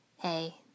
Hey